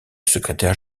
secrétaire